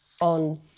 on